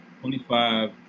Twenty-five